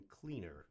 cleaner